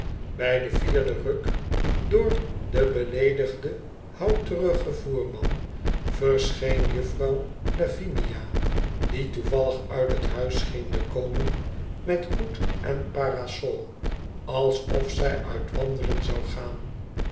bij den vierden ruk door den beleedigden houterigen voerman verscheen juffer lavinia die toevallig uit het huis scheen te komen met hoed en parasol alsof zij uit wandelen zou gaan